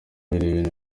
birebera